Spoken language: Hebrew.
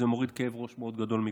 זה מוריד כאב ראש מאוד גדול מכולם.